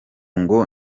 ngo